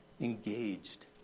engaged